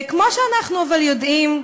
אבל כמו שאנחנו יודעים,